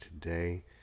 today